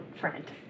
friend